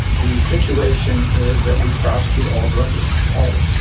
the situation is that we prosecute all drug dealing, all of it.